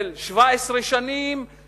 של 17 שנים,